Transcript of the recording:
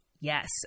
yes